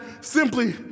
simply